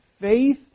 faith